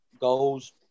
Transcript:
goals